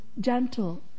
gentle